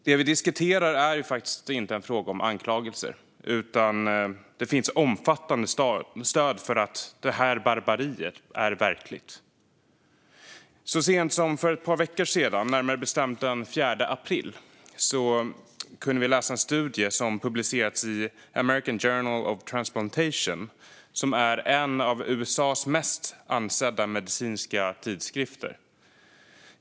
Det vi diskuterar är faktiskt inte en fråga om anklagelser, utan det finns omfattande stöd för att det här barbariet är verkligt. Så sent som för ett par veckor sedan, närmare bestämt den 4 april, kunde vi läsa en studie som publicerats i American Journal of Transplantation, som är en av USA:s mest ansedda medicinska tidskrifter.